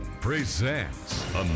presents